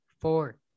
four